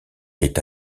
est